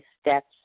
steps